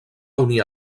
unir